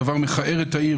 הדבר מכער את העיר,